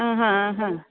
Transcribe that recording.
ఆహా ఆహా